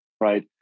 right